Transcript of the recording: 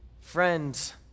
friends